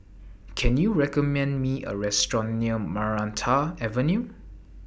Can YOU recommend Me A Restaurant near Maranta Avenue